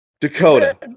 Dakota